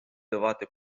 давати